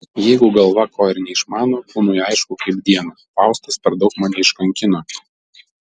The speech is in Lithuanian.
jeigu galva ko ir neišmano kūnui aišku kaip dieną faustas per daug mane iškankino